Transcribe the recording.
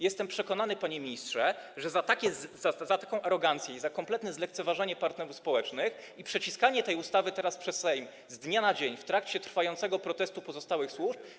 Jestem przekonany, panie ministrze, że wcześniej czy później zapłacicie za taką arogancję, kompletne zlekceważenie partnerów społecznych i przeciskanie tej ustawy teraz przez Sejm z dnia na dzień w trakcie trwającego protestu pozostałych służb.